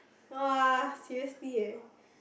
[wah] seriously eh